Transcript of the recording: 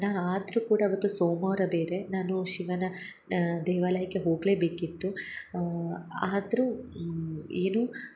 ನ ಆದರು ಕೂಡ ಅವತ್ತು ಸೋಮವಾರ ಬೇರೆ ನಾನು ಶಿವನ ದೇವಾಲಯಕ್ಕೆ ಹೋಗಲೇಬೇಕಿತ್ತು ಆದರು ಏನು